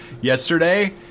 yesterday